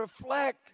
reflect